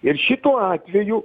ir šituo atveju